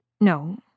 no